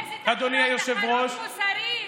גזענים צריכים להתבייש.